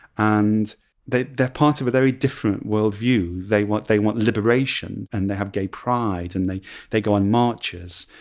and they're part of a very different world view they want they want liberation, and they have gay pride, and they they go on marches.